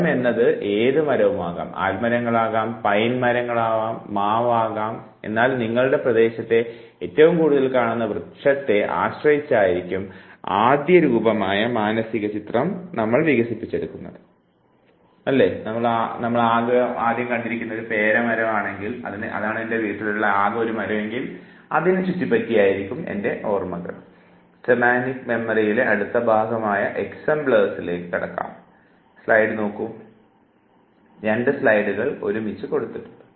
മരം എന്നത് ഏതു മരവുമാകാം ആൽമരങ്ങളാകാം പൈൻ മരങ്ങളാകാം മാവാകാം എന്നാൽ നിങ്ങളുടെ പ്രദേശത്തെ ഏറ്റവും കൂടുതൽ കാണുന്ന വൃക്ഷത്തെ ആശ്രയിച്ചായിരിക്കും ആദ്യരൂപമായ മാനസിക ചിത്രം നിങ്ങൾ വികസിപ്പിച്ചെടുക്കുന്നത്